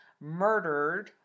murdered